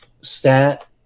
stat